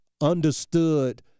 understood